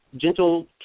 gentle